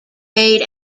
made